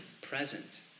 present